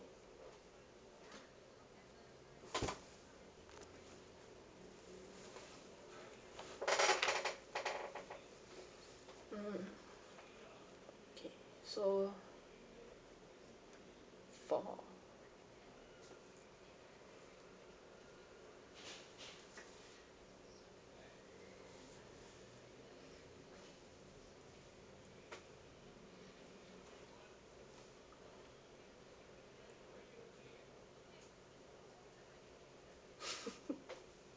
mm okay so for